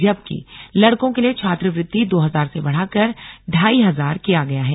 जबकि लड़कों के लिए छात्रवृत्ति दो हजार से बढ़ाकर ढाई हजार किया गया है